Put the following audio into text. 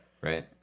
right